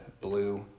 blue